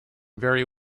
vary